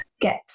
get